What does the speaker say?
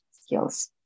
skills